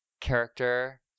character